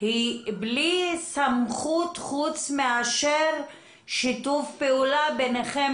היא בלי סמכות חוץ מאשר שיתוף פעולה ביניכם